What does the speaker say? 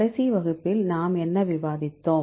கடைசி வகுப்பில் நாம் என்ன விவாதித்தோம்